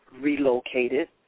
relocated